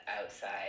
outside